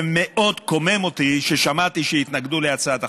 זה מאוד קומם אותי כששמעתי שהתנגדו להצעת החוק,